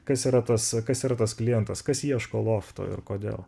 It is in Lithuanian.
kas yra tas kas yra tas klientas kas ieško loftų ir kodėl